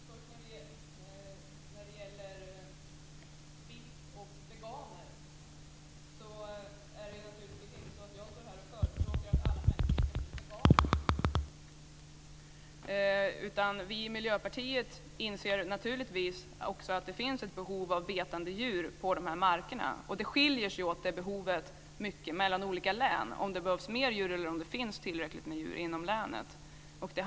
Fru talman! Vad gäller biff och veganer inser vi i Miljöpartiet naturligtvis att det finns ett behov av betande djur i de marker som det gäller. Det behovet skiljer sig mycket mellan olika län beroende på hur mycket djur som finns i dem.